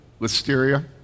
listeria